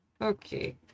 Okay